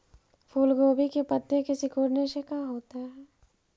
फूल गोभी के पत्ते के सिकुड़ने से का होता है?